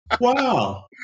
Wow